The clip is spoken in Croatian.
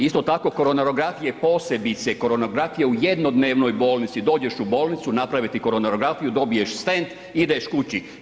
Isto tako koronarografije posebice, koronarografija u jednodnevnoj bolnici, dođeš u bolnicu, naprave ti koronarografiju, dobiješ stent ideš kući.